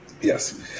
Yes